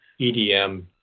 EDM